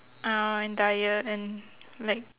uh and diet and like